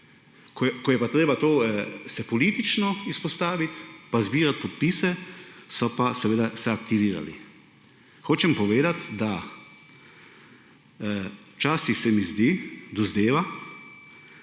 se je pa treba politično izpostaviti, pa zbirati podpise, so se pa aktivirali. Hočem povedati, da včasih se mi zdi, dozdeva,